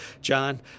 John